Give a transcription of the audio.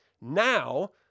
Now